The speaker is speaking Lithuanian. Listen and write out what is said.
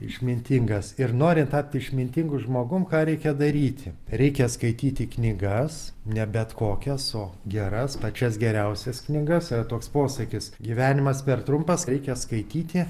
išmintingas ir norint tapti išmintingu žmogum ką reikia daryti reikia skaityti knygas ne bet kokias o geras pačias geriausias knygas yra toks posakis gyvenimas per trumpas reikia skaityti